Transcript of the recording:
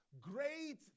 great